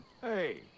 Hey